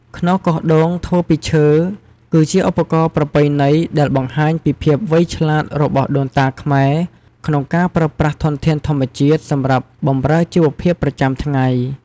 ខ្នោសកោសដូងធ្វើពីឈើ គឺជាឧបករណ៍ប្រពៃណីដែលបង្ហាញពីភាពវៃឆ្លាតរបស់ដូនតាខ្មែរក្នុងការប្រើប្រាស់ធនធានធម្មជាតិសម្រាប់បម្រើជីវភាពប្រចាំថ្ងៃ។